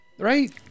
Right